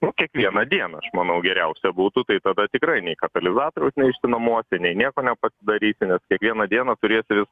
nu kiekvieną dieną aš manau geriausia būtų tai tada tikrai nei katalizatoriaus neišsinuomosi nei nieko nepasidarysi nes kiekvieną dieną turėsi vis